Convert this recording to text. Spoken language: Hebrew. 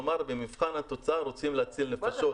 כלומר, במבחן התוצאה אנחנו רוצים להציל נפשות.